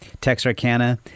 Texarkana